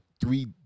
three